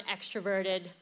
extroverted